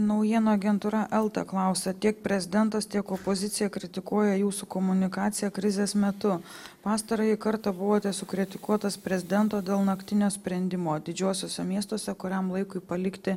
naujienų agentūra elta klausia tiek prezidentas tiek opozicija kritikuoja jūsų komunikaciją krizės metu pastarąjį kartą buvote sukritikuotas prezidento dėl naktinio sprendimo didžiuosiuose miestuose kuriam laikui palikti